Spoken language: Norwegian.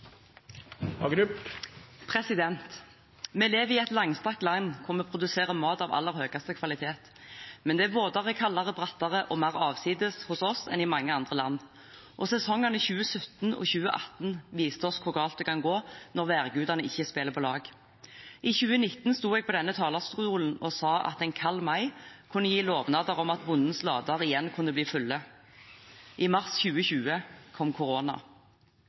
Vi lever i et langstrakt land, og vi produserer mat av aller høyeste kvalitet. Men det er våtere, kaldere, brattere og mer avsides hos oss enn i mange andre land, og sesongene 2017 og 2018 viste oss hvor galt det kan gå når værgudene ikke spiller på lag. I 2019 sto jeg på denne talerstolen og sa at en kald mai kunne gi lovnader om at bondens lader igjen kunne bli fulle. I mars 2020 kom